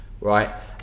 right